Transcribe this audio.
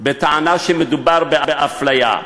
בטענה שמדובר באפליה.